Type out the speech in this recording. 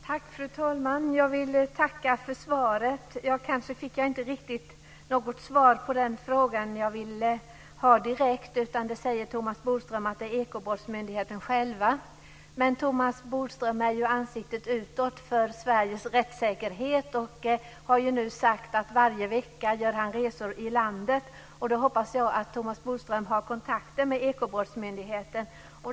Fru talman! Jag vill tacka för svaret. Jag fick kanske inte riktigt något svar på den fråga jag ställde. Thomas Bodström säger att det är Ekobrottsmyndigheten själv som kan svara på detta. Men Thomas Bodström är ju ansiktet utåt när det gäller rättssäkerheten i Sverige, och han har nu sagt att han varje vecka gör resor i landet. Då hoppas jag att Thomas Bodström har kontakter med Ekobrottsmyndigheten.